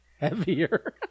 heavier